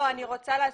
אני רוצה להסביר.